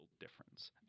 difference